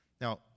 Now